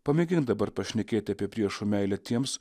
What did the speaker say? pamėgink dabar pašnekėti apie priešų meilę tiems